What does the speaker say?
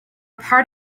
part